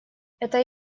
это